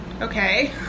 Okay